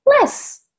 less